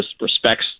respects